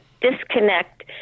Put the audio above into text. disconnect